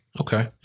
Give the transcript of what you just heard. Okay